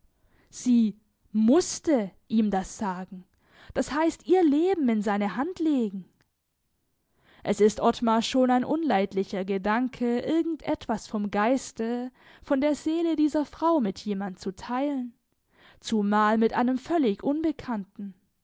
sie mußte ihm das sagen das heißt ihr leben in seine hand legen es ist ottmar schon ein unleidlicher gedanke irgend etwas vom geiste von der seele dieser frau mit jemand zu teilen zumal mit einem völlig unbekannten